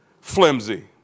flimsy